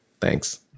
Thanks